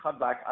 cutback